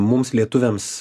mums lietuviams